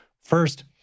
First